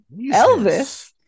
Elvis